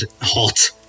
hot